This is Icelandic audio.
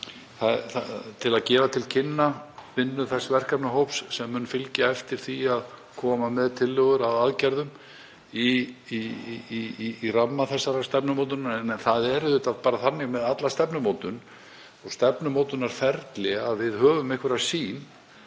til að gefa til kynna vinnu verkefnahópsins sem mun fylgja því eftir að koma með tillögur að aðgerðum í ramma þessarar stefnumótunar. Það er auðvitað bara þannig með alla stefnumótun og stefnumótunarferli að við höfum einhverja sýn